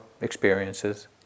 experiences